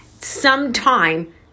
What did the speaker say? sometime